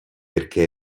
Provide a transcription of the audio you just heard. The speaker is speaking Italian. perché